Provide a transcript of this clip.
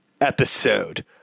episode